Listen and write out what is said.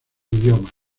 idioma